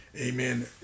Amen